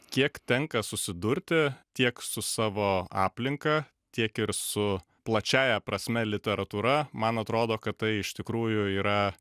kiek tenka susidurti tiek su savo aplinka tiek ir su plačiąja prasme literatūra man atrodo kad tai iš tikrųjų yra